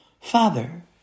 Father